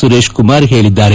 ಸುರೇಶ್ಕುಮಾರ್ ಹೇಳಿದ್ದಾರೆ